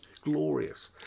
glorious